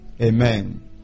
Amen